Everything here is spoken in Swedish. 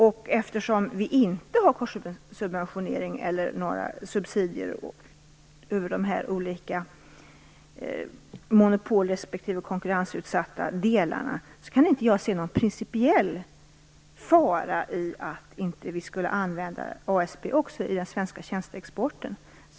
Och eftersom vi inte har korssubventionering eller några subsidier över monopoldelen respektive den konkurrensutsatta delen kan jag inte se någon principiell fara i att använda ASB också i den svenska tjänsteexporten.